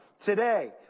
Today